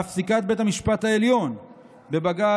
אף פסיקת בית המשפט העליון בבג"ץ